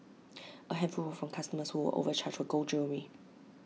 A handful were from customers who were overcharged for gold jewellery